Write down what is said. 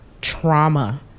trauma